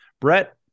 Brett